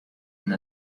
and